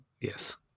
Yes